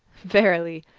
verily,